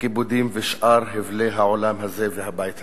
כיבודים ושאר הבלי העולם הזה והבית הזה.